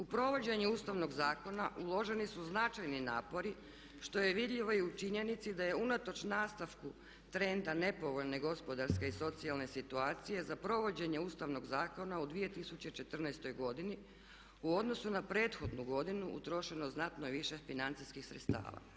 U provođenje Ustavnog zakona uloženi su značajni napori što je vidljivo i u činjenici da je unatoč nastavku trenda nepovoljne gospodarske i socijalne situacije za provođenje Ustavnog zakona u 2014. godini u odnosu na prethodnu godinu utrošeno znatno više financijskih sredstava.